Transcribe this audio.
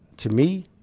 to me,